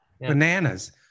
Bananas